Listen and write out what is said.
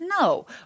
No